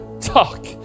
talk